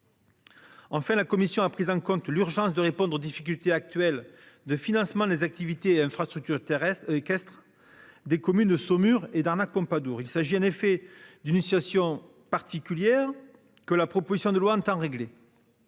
En fait, la commission a pris en compte l'urgence de répondre aux difficultés actuelles de financement des activités infrastructures terrestres équestre des communes Saumur et d'arnaques Pompadour. Il s'agit en effet d'une initiation particulière que la proposition de loi entend régler.